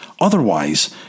Otherwise